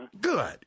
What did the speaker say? Good